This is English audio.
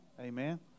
Amen